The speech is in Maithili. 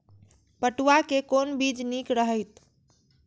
पटुआ के कोन बीज निक रहैत?